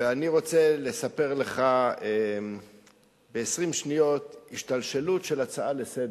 ואני רוצה לספר לך ב-20 שניות השתלשלות של הצעה לסדר-היום,